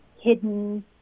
hidden